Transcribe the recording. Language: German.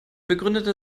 begründete